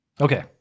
okay